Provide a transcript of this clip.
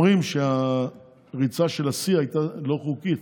אומרים שהריצה של השיא הייתה לא חוקית.